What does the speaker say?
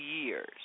years